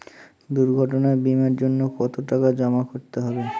দুর্ঘটনা বিমার জন্য কত টাকা জমা করতে হবে?